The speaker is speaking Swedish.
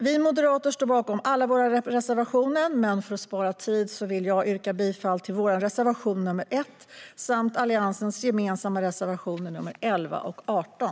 Vi moderater står bakom alla våra reservationer, men för att spara tid yrkar jag bifall endast till vår reservation nr 1 samt Alliansens gemensamma reservationer nr 11 och 18.